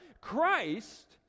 Christ